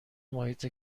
محیط